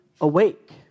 awake